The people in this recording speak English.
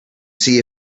see